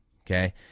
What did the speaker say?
Okay